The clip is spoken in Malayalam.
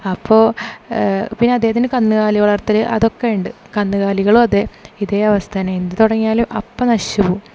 അപ്പോൾ പിന്നെ അദ്ദേഹത്തിന് കന്നുകാലി വളർത്തൽ അതൊക്കെ ഉണ്ട് കന്നുകാലികളും അതെ ഇതേ അവസ്ഥ തന്നെ എന്ത് തുടങ്ങിയാലും അപ്പോൾ നശിച്ചു പോകും